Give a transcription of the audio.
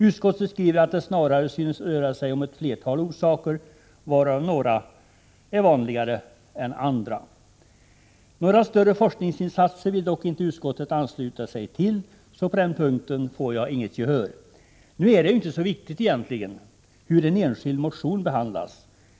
Utskottet skriver att det snarare synes röra sig om flera orsaker, varav några är vanligare än andra. Några större forskningsinsatser vill dock inte utskottet uttala sig för. På den punkten får jag alltså inget gehör. Nu är det egentligen inte så viktigt hur en enskild motion behandlas.